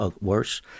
worse